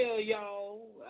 y'all